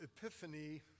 epiphany